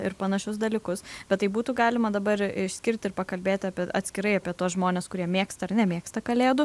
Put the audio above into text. ir panašius dalykus bet taip būtų galima dabar išskirti ir pakalbėti apie atskirai apie tuos žmones kurie mėgsta ir nemėgsta kalėdų